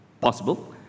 possible